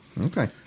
Okay